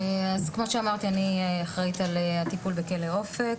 אז כמו שאמרתי אני אחראית על כלא אופק,